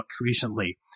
recently